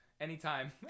anytime